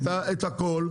את הכל,